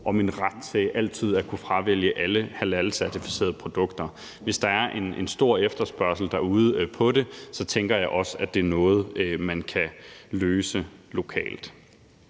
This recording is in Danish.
om en ret til altid at kunne fravælge alle halalcertificerede produkter. Hvis der er en stor efterspørgsel på det derude, tænker jeg også, at det er noget, man kan løse lokalt.